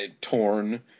torn